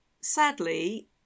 Sadly